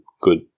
good